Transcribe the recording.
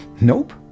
Nope